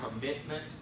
commitment